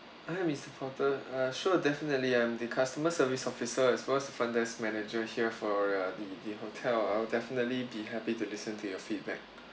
hello mister porter err sure definitely I'm the customer service officer as well as the front desk manager here for uh the the hotel I'll definitely be happy to listen to your feedback